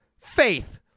faith